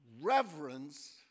reverence